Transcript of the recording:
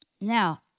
Now